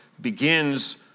begins